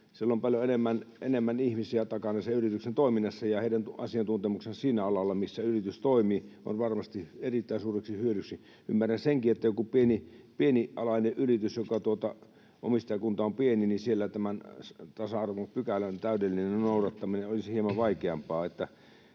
on paljon enemmän ihmisiä takana, ja heidän asiantuntemuksensa sillä alalla, jolla yritys toimii, on varmasti erittäin suureksi hyödyksi. Ymmärrän senkin, että jossakin pienialaisessa yrityksessä, jonka omistajakunta on pieni, tämän tasa-arvopykälän täydellinen noudattaminen olisi hieman vaikeampaa.